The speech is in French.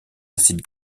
acides